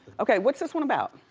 okay, what's this one about?